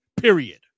Period